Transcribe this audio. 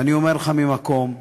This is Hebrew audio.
ואני אומר לך ממקום שבו,